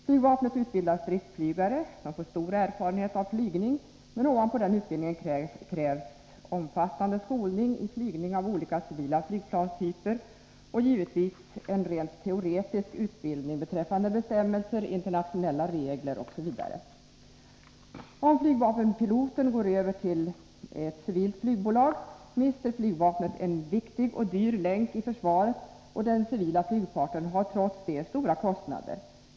Flygvapnet utbildar stridsflygare. Dessa får stor erfarenhet av flygning, men ovanpå denna utbildning krävs omfattande skolning i flygning av olika civila flygplanstyper samt givetvis en rent teoretisk utbildning beträffande bestämmelser, internationella regler osv. Om flygvapenpiloter går över till ett civilt flygbolag, mister flygvapnet en viktig och dyr länk i försvaret, och den civila luftfarten har trots det stora kostnader.